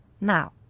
Now